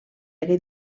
hagué